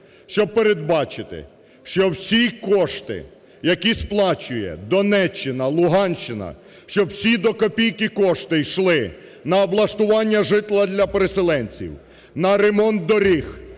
щоб передбачити, що всі кошти, які сплачує Донеччина, Луганщина, щоб всі до копійки кошти йшли на облаштування житла для переселенців, на ремонт доріг,